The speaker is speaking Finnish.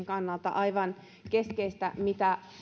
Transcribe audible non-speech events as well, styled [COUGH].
[UNINTELLIGIBLE] kannalta aivan keskeistä mitä